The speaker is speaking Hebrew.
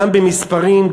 גם במספרים,